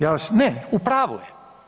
Ja vas ... [[Upadica se ne čuje.]] ne, u pravu je.